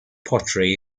pottery